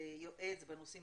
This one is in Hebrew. יועץ בנושאים